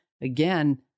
Again